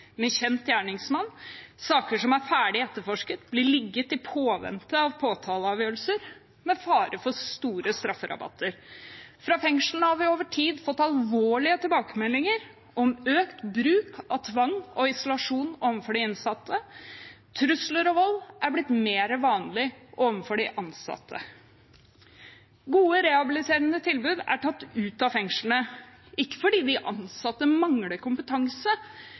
med kjent gjerningsmann, og saker som er ferdig etterforsket, blir liggende i påvente av påtaleavgjørelse – med fare for store strafferabatter. Fra fengslene har vi over tid fått alvorlige tilbakemeldinger om økt bruk av tvang og isolasjon overfor de innsatte. Trusler og vold er blitt mer vanlig overfor de ansatte. Gode rehabiliterende tilbud er tatt ut av fengslene – ikke fordi de ansatte mangler kompetanse,